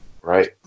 right